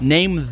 Name